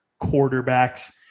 quarterbacks